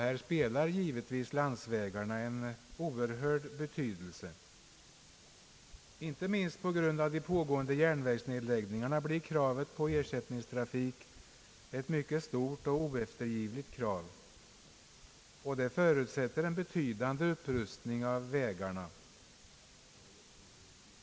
Här spelar givetvis landsvägarna en oerhört stor roll. Inte minst på grund av de pågående järnvägsnedläggelserna blir kravet på ersättningstrafik mycket stort och oeftergivligt. Detta förutsätter en betydande upprustning av vägarna.